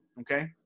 okay